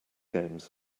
games